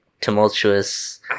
tumultuous